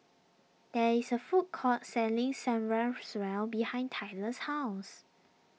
there is a food court selling Samgyeopsal behind Tyler's house